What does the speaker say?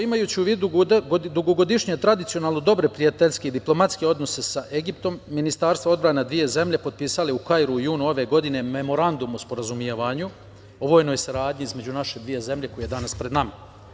Imajući u vidu dugogodišnje tradicionalno dobre prijateljske i diplomatske odnose sa Egiptom, ministarstva odbrane dve zemlje su potpisale u Kairu, u junu ove godine, Memorandum o sporazumevanju, o vojnoj saradnji između naše dve zemlje koji je danas pred nama.